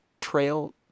trail